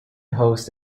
hosts